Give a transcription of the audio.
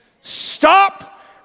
Stop